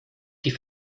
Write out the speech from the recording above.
die